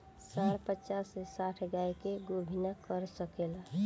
सांड पचास से साठ गाय के गोभिना कर सके ला